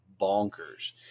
bonkers